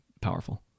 powerful